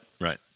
Right